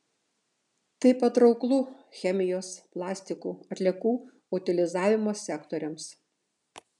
tai patrauklu chemijos plastikų atliekų utilizavimo sektoriams